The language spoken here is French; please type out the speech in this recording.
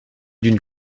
d’une